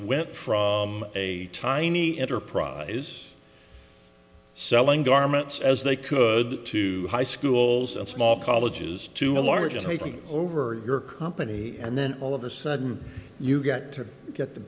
from a tiny enterprise selling garments as they could to high schools and small colleges to a large and taking over your company and then all of a sudden you got to get the